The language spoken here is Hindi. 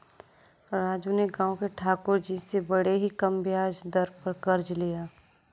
राजू ने गांव के ठाकुर जी से बड़े ही कम ब्याज दर पर कर्ज लिया